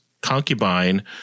concubine